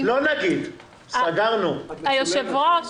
היושב ראש,